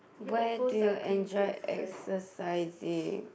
where do you enjoy exercising